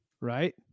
right